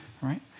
right